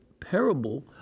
parable